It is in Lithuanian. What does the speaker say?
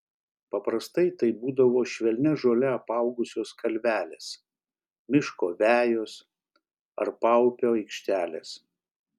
paprastai tai būdavo švelnia žole apaugusios kalvelės miško vejos ar paupio aikštelės